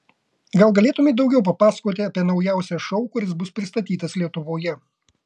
gal galėtumei daugiau papasakoti apie naujausią šou kuris bus pristatytas lietuvoje